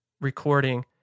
recording